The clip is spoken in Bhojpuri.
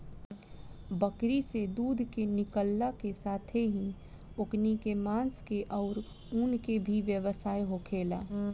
बकरी से दूध के निकालला के साथेही ओकनी के मांस के आउर ऊन के भी व्यवसाय होखेला